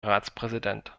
ratspräsident